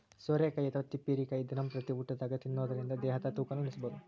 ಸೋರೆಕಾಯಿ ಅಥವಾ ತಿಪ್ಪಿರಿಕಾಯಿ ದಿನಂಪ್ರತಿ ಊಟದಾಗ ತಿನ್ನೋದರಿಂದ ದೇಹದ ತೂಕನು ಇಳಿಸಬಹುದು